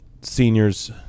seniors